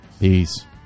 Peace